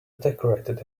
decorated